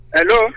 Hello